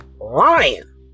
lion